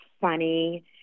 funny